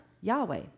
Yahweh